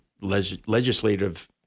legislative